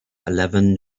eleven